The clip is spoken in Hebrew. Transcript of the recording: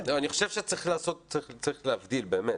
שצריך להבדיל.